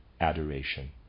adoration